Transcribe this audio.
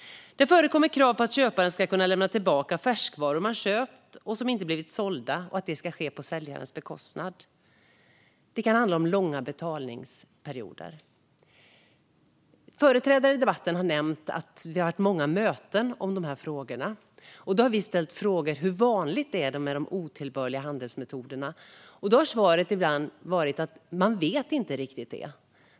Det förekommer också krav på att köparen, på säljarens bekostnad, ska kunna lämna tillbaka färskvaror man köpt och som inte blivit sålda. Det kan handla om långa betalningsperioder. Tidigare talare i debatten har nämnt att vi har haft många möten i de här frågorna. Vi har ställt frågor om hur vanligt det är med otillbörliga handelsmetoder, och då har svaret ibland varit att man inte riktigt vet.